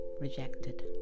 rejected